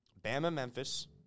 Bama-Memphis